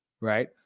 right